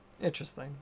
Interesting